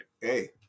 Hey